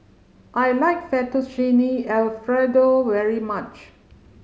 I like Fettuccine Alfredo very much